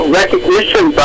recognition